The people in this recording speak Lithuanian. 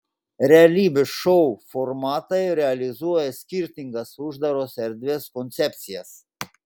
realybės šou formatai realizuoja skirtingas uždaros erdvės koncepcijas